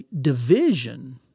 division